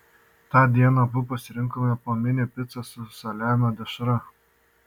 tą dieną abu pasirinkome po mini picą su saliamio dešra